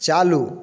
चालू